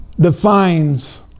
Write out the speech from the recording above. defines